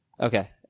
Okay